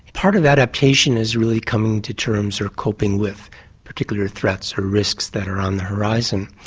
part of adaptation is really coming to terms or coping with particular threats or risks that are on the horizon,